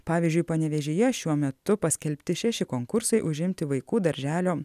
pavyzdžiui panevėžyje šiuo metu paskelbti šeši konkursai užimti vaikų darželio